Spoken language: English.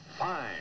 Fine